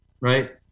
right